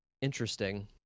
Interesting